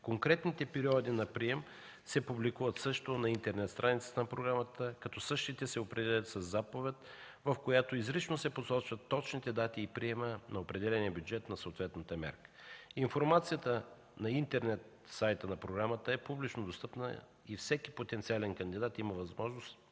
Конкретните периоди на прием се публикуват също на интернет страницата на програмата, като същите се определят със заповед, в която изрично се посочват точните дати и приемът на определения бюджет на съответната мярка. Информацията на интернет сайта на програмата е публично достъпна и всеки потенциален кандидат има възможност